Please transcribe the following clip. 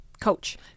coach